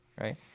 right